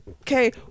okay